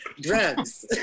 Drugs